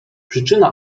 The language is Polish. przyczyna